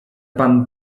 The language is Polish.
pan